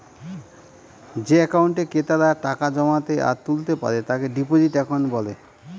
যে একাউন্টে ক্রেতারা টাকা জমাতে আর তুলতে পারে তাকে ডিপোজিট একাউন্ট বলে